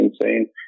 insane